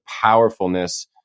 powerfulness